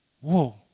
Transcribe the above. whoa